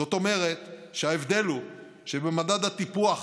זאת אומרת שההבדל הוא שבמדד הטיפוח